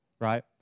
right